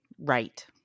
right